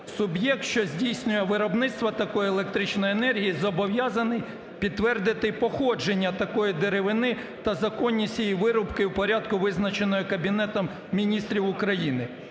суб'єкт, що здійснює виробництво такої електричної енергії, зобов'язаний підтвердити походження такої деревини та законність її вирубки у порядку, визначеному Кабінетом Міністрів України.